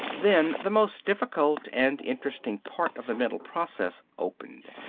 then the most difficult and interesting part of the mental process opened,